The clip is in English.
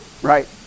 Right